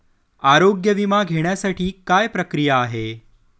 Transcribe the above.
आरोग्य विमा घेण्यासाठी काय प्रक्रिया आहे?